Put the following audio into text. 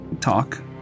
Talk